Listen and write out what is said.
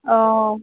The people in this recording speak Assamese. অঁ